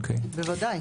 בוודאי.